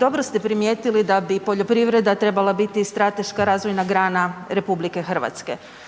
Dobro ste primijetili da bi poljoprivreda trebala biti strateška razvojna grana RH, dobro ste